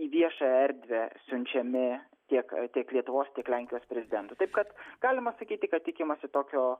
į viešąją erdvę siunčiami tiek tiek lietuvos tiek lenkijos prezidentų taip kad galima sakyti kad tikimasi tokio